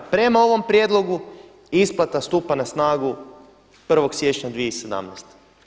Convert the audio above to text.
Prema ovom prijedlogu isplata stupa na snagu 1. siječnja 2017.